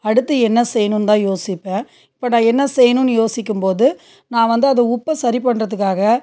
அடுத்து என்ன செய்யணும்னு தான் யோசிப்பேன் இப்போ நான் என்ன செய்யணும்னு யோசிக்கும்போது நான் வந்து அதை உப்பு சரி பண்ணுறதுக்காக